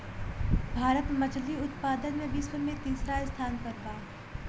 भारत मछली उतपादन में विश्व में तिसरा स्थान पर बा